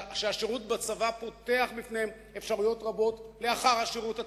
שהשירות בצבא פותח בפניהן אפשרויות רבות לאחר השירות הצבאי.